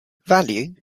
value